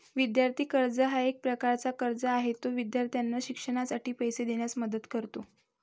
विद्यार्थी कर्ज हा एक प्रकारचा कर्ज आहे जो विद्यार्थ्यांना शिक्षणासाठी पैसे देण्यास मदत करतो